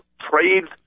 trades